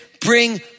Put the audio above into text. bring